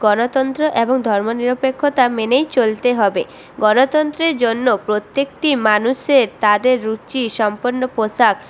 গণতন্ত্র এবং ধর্ম নিরপেক্ষতা মেনেই চলতে হবে গণতন্ত্রের জন্য প্রত্যেকটি মানুষের তাদের রুচিসম্পন্ন পোশাক